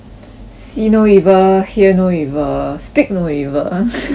see no evil hear no evil speak no evil